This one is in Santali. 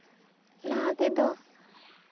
ᱞᱟᱦᱟ ᱛᱮᱫᱚ